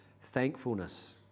thankfulness